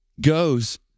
goes